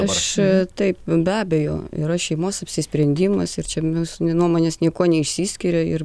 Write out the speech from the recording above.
aš taip be abejo yra šeimos apsisprendimas ir čia mūsų nuomonės niekuo neišsiskiria ir